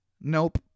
Nope